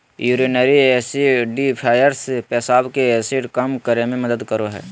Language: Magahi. यूरिनरी एसिडिफ़ायर्स पेशाब के एसिड कम करे मे मदद करो हय